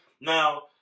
now